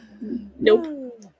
Nope